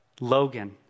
Logan